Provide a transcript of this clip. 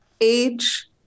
age